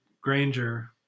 Granger